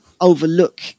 overlook